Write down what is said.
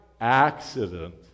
accident